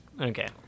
Okay